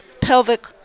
pelvic